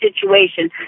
situation